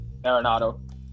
Arenado